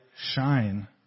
shine